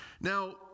Now